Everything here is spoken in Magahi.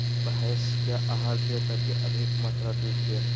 भैंस क्या आहार दे ताकि अधिक मात्रा दूध दे?